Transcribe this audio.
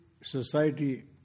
society